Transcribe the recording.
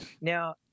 Now